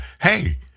hey